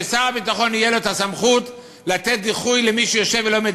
ששר הביטחון תהיה לו הסמכות לתת דיחוי למי שיושב ולומד,